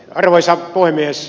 arvoisa puhemies